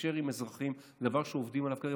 לתקשר עם אזרחים זה דבר שעובדים עליו כרגע,